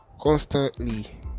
constantly